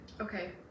okay